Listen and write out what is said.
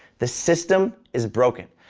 the system is broken.